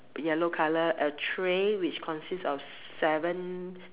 yellow color a tray which consist of seven